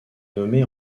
nommé